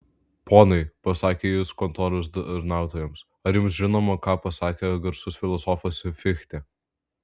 ponai pasakė jis kontoros tarnautojams ar jums žinoma ką pasakė garsus filosofas fichtė